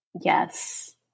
Yes